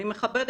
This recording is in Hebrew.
אני חושבת